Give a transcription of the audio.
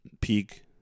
Peak